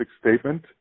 statement